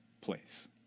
place